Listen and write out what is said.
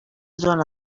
zona